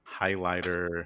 highlighter